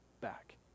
back